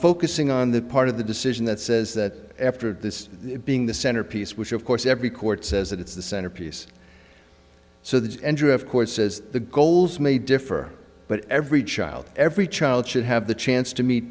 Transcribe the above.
focusing on the part of the decision that says that after this being the center piece which of course every court says that it's the centerpiece so that of course says the goals may differ but every child every child should have the chance to meet